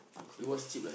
still cost